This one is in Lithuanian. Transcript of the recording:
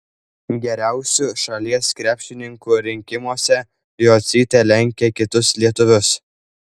geriausių šalies krepšininkų rinkimuose jocytė lenkia kitus lietuvius